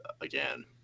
again